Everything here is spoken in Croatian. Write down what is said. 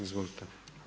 Izvolite.